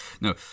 No